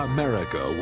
America